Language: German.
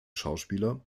schauspieler